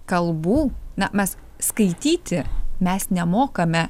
kalbų na mes skaityti mes nemokame